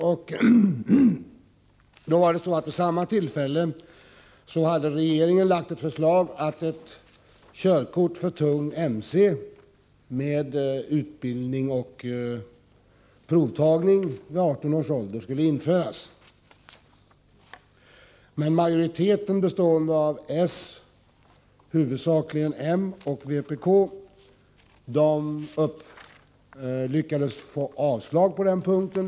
Vid nämnda tillfälle hade regeringen lagt fram ett förslag om att körkort för tung motorcykel skulle kompletteras med utbildning och förartest vid 18 års ålder. Men majoriteten — bestående, som sagt, av flertalet moderater och av socialdemokrater och vpk:are — lyckades få igenom ett avslag på den punkten.